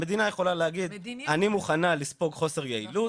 המדינה יכולה להגיד, אני מוכנה לספוג חוסר יעילות